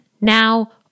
now